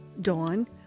Dawn